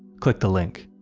click the link.